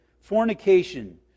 Fornication